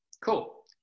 Cool